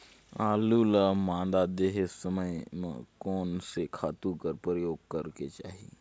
आलू ल मादा देहे समय म कोन से खातु कर प्रयोग करेके चाही?